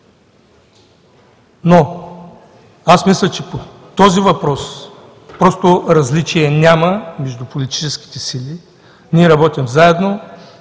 но аз мисля, че по този въпрос просто различия няма между политическите сили. Ние работим заедно.